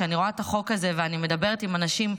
כשאני רואה את החוק הזה ואני מדברת עם אנשים,